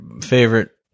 favorite